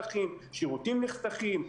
שירותים נחסכים,